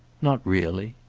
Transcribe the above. not really.